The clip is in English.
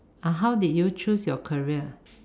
ah how did you choose your career